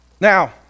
Now